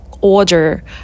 order